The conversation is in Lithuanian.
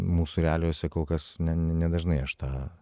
mūsų realijose kol kas ne ne nedažnai aš tą